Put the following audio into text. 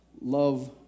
love